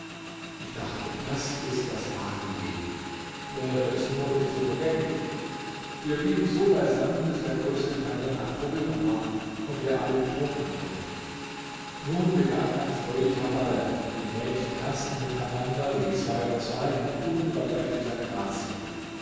ich dachte das ist das wahre leben wäre es nur nicht so vergänglich wir blieben so beisammen bis der größte teil der nacht vorüber war und wir alle betrunken wurden nun begann ein fröhlicher ball die mädchen tanzten miteinander je zwei und zwei mit unübertrefflicher grazie